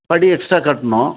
படி எக்ஸ்ட்டா கட்டணும்